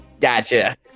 Gotcha